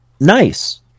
nice